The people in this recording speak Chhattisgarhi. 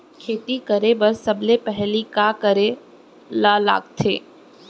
खेती करे बर सबले पहिली का करे ला लगथे?